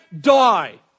die